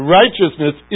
righteousness